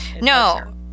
no